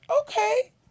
Okay